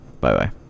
Bye-bye